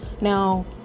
Now